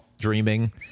Dreaming